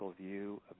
view